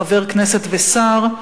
חבר כנסת ושר,